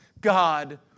God